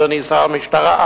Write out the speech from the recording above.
אדוני שר המשטרה,